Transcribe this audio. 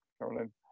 Caroline